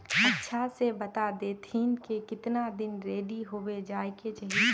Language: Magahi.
अच्छा से बता देतहिन की कीतना दिन रेडी होबे जाय के चही?